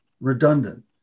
redundant